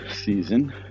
season